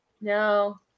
No